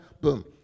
Boom